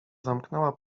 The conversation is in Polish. zamknęła